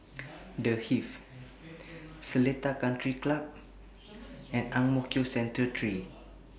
The Hive Seletar Country Club and Ang Mo Kio Central three